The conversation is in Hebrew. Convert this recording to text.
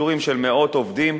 פיטורים של מאות עובדים,